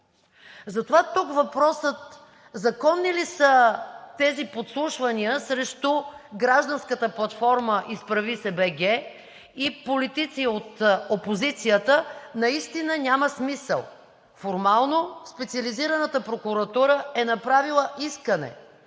Затова тук въпросът: законни ли са тези подслушвания срещу гражданската платформа „Изправи се. БГ!“ и политици от опозицията наистина няма смисъл? Формално Специализираната прокуратура е направила искане